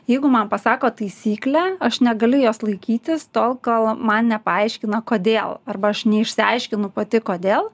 jeigu man pasako taisyklę aš negaliu jos laikytis tol kol man nepaaiškina kodėl arba aš neišsiaiškinu pati kodėl